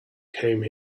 came